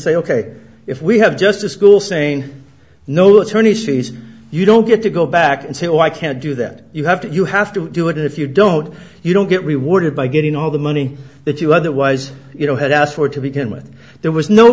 say ok if we have just a school saying no attorney she's you don't get to go back and say oh i can't do that you have to you have to do it if you don't you don't get rewarded by getting all the money that you otherwise you know had asked for to begin with there was no